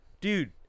dude